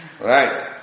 Right